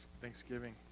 Thanksgiving